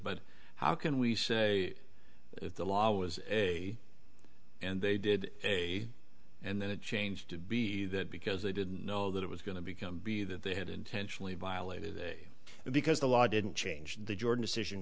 but how can we say if the law was a and they did a and then it changed to be that because they didn't know that it was going to become b that they had intentionally violated because the law didn't change the jordan decision